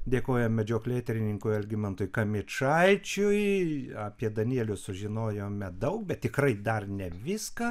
dėkojam medžioklėtyrininkui algimantui kamičaičiui apie danielius sužinojome daug bet tikrai dar ne viską